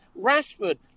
Rashford